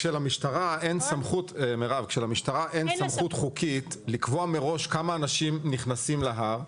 כשלמשטרה אין סמכות חוקית לקבוע מראש כמה אנשים נכנסים להר,